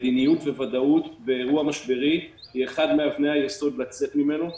מדיניות וודאות באירוע משברי היא אחת מאבני היסוד לצאת ממנו.